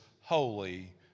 Holy